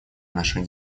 наших